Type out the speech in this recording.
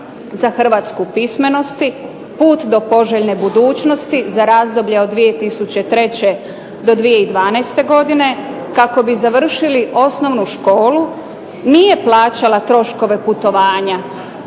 za hrvatsku pismenosti, put do poželjne budućnosti za razbolje od 2003. do 2012. godine, kako bi završili osnovnu školu nije plaćala troškove putovanja